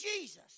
Jesus